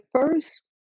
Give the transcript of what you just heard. first